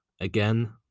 again